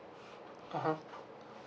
(uh huh)